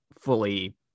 fully